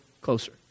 closer